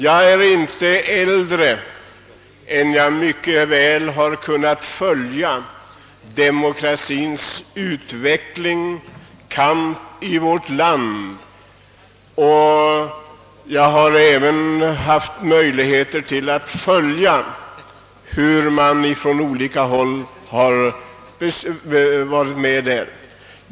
Jag är tillräckligt gammal för att mycket väl ha kunnat följa demokratiens utveckling och kamp i vårt land och den medverkan som därvidlag lämnats från olika håll.